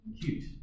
Cute